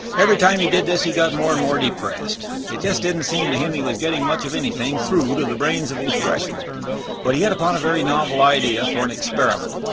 every time he did this he got more and more depressed it just didn't seem to him he was getting much of anything through to the brains of his freshmen but he had upon a very novel idea for an experiment.